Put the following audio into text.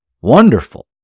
wonderful